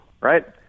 right